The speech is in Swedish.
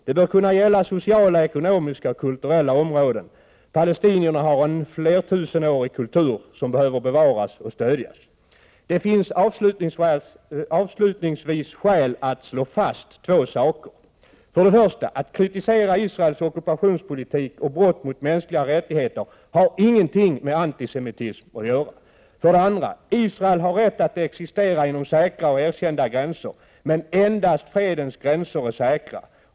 Det bör kunna gälla sociala, ekonomiska och kulturella områden. Palestinierna har en flertusenårig kultur, som behöver bevaras och stödjas. Det finns avslutningsvis skäl att slå fast två saker. För det första: Att kritisera Israels ockupationspolitik och brott mot mänskliga rättigheter har ingenting med antisemitism att göra. För det andra: Israel har rätt att existera inom säkra och erkända gränser. Men endast fredens gränser är säkra.